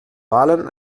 wahlen